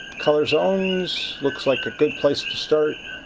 color zones looks like a good place to start.